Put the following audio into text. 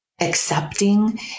accepting